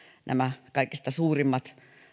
nämä kaikista suurimmat